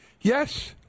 Yes